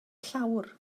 llawr